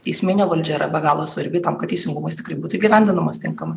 teisminė valdžia yra be galo svarbi tam kad teisingumas tikrai būtų įgyvendinamas tinkamai